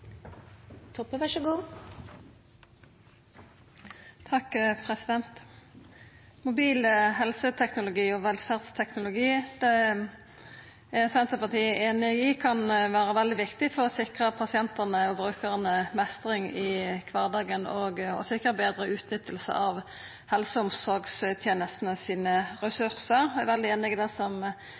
Mobil helseteknologi og velferdsteknologi er Senterpartiet einig i kan vera veldig viktig for å sikra pasientane og brukarane meistring i kvardagen og å sikra betre utnytting av ressursane til helse- og omsorgstenestene. Eg er veldig einig i det